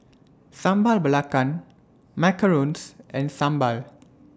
Sambal Belacan Macarons and Sambal